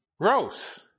Gross